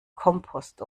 kompost